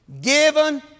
given